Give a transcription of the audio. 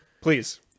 please